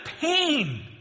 pain